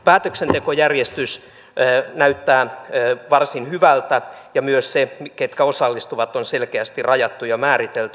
päätöksentekojärjestys näyttää varsin hyvältä ja myös se ketkä osallistuvat on selkeästi rajattu ja määritelty